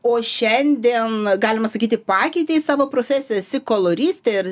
o šiandien galima sakyti pakeitei savo profesiją esi koloristė ir